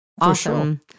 Awesome